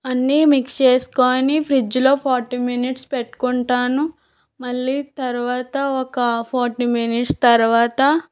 అన్నీ మిక్స్ చేసుకొని ఫ్రిడ్జ్లో ఫార్టీ మినిట్స్ పెట్టుకుంటాను మళ్ళీ తరువాత ఒక ఫార్టీ మినిట్స్ తర్వాత